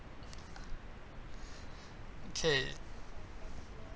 okay